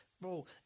Bro